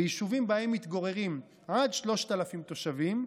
ביישובים שבהם מתגוררים עד 3,000 תושבים,